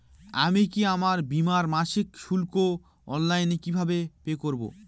আমি কি আমার বীমার মাসিক শুল্ক অনলাইনে কিভাবে পে করব?